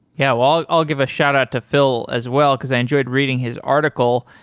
yeah. well, i'll give a shout out to phil as well, because i enjoyed reading his article,